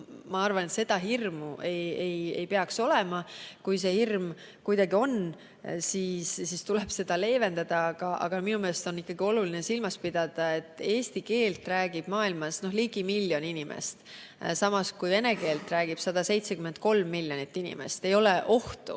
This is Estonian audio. arvates seda hirmu ei tohiks olla. Kui see hirm siiski on, siis tuleb seda leevendada, aga minu meelest on ikkagi oluline silmas pidada, et eesti keelt räägib maailmas ligi miljon inimest, samas kui vene keelt räägib 173 miljonit inimest. Ei ole ohtu,